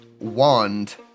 wand